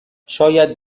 شاید